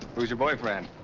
who's your boyfriend?